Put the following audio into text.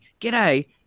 g'day